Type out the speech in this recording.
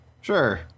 sure